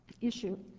issue